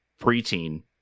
preteen